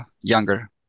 younger